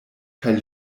kaj